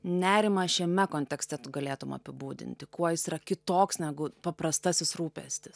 nerimą šiame kontekste tu galėtum apibūdinti kuo jis yra kitoks negu paprastasis rūpestis